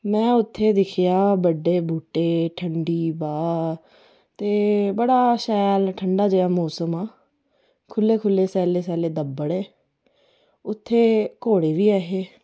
में उत्थै दिक्खेआ बडे़ बूह्टे ठंडी बाह् ते बड़ा शैल ठंडा जेहा मौसम हा खुह्ल्ले खुह्ल्ले सैल्ले सैल्ले दब्बड़ उत्थै घोडे़ बी ऐ हे